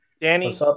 Danny